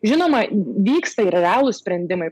žinoma vyksta ir realūs sprendimai